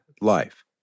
life